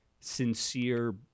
sincere